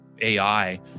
AI